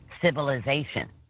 civilization